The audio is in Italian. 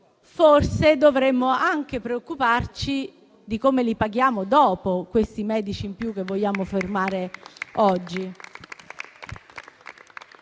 forse dovremmo anche preoccuparci di come paghiamo dopo i medici in più che vogliamo formare oggi.